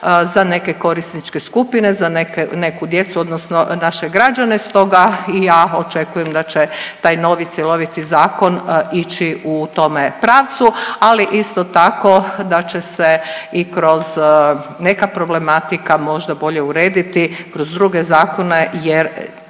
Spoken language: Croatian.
za neke korisničke skupine, za neku djecu odnosno naše građane. Stoga i ja očekujem da će taj novi, cjeloviti zakon ići u tome pravcu, ali isto tako da će se i kroz neka problematika možda bolje urediti kroz druge zakone jer